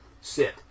sit